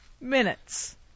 minutes